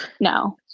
no